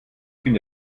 finde